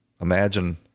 Imagine